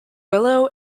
willow